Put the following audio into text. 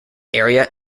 area